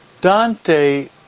Dante